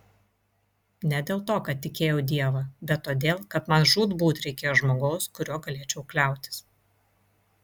ne dėl to kad tikėjau dievą bet todėl kad man žūtbūt reikėjo žmogaus kuriuo galėčiau kliautis